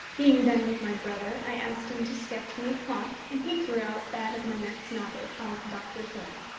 being then with my brother, i asked him to sketch me a plot, and he drew out that of my next novel, called doctor thorne.